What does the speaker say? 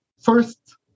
First